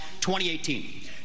2018